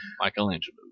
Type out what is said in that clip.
Michelangelo